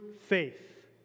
faith